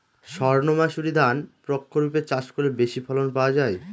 সর্ণমাসুরি ধান প্রক্ষরিপে চাষ করলে বেশি ফলন পাওয়া যায়?